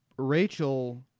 Rachel